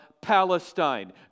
Palestine